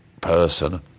person